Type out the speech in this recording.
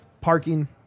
Parking